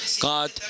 God